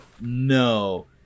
no